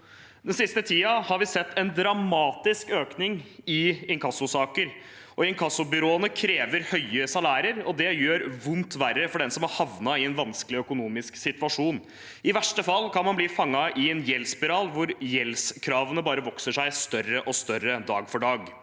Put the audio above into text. Den siste tiden har vi sett en dramatisk økning i inkassosaker. Inkassobyråene krever høye salærer, og det gjør vondt verre for dem som har havnet i en vanskelig økonomisk situasjon. I verste fall kan man bli fanget i en gjeldsspiral hvor gjeldskravene bare vokser seg større og større dag for dag.